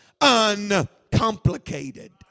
uncomplicated